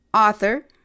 Author